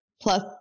plus